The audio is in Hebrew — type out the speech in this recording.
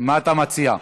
מה אתה מציע?